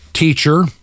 teacher